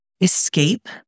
escape